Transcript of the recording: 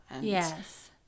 Yes